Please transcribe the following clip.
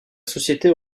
société